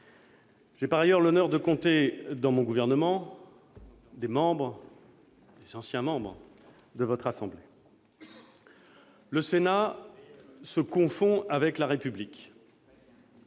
J'ai par ailleurs l'honneur de compter dans mon gouvernement d'anciens membres de votre assemblée. Les meilleurs ! Le Sénat se confond avec la République.